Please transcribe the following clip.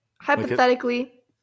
hypothetically